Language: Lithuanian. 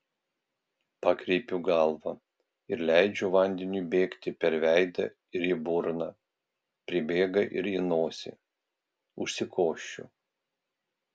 pakreipiu galvą ir leidžiu vandeniui bėgti per veidą ir į burną pribėga ir į nosį užsikosčiu